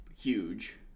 huge